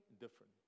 different